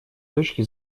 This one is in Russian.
точки